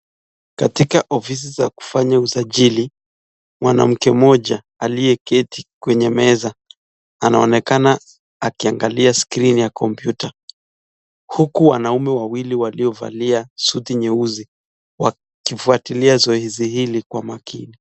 Katika ofisi za kufanya usajili, mwanamke mmoja aliyeketi kwenye meza anaonekana akiangalia screen ya kompyuta huku wanaume wawili waliovalia suti nyeusi wakifuatilia zoezi hili kwa makini.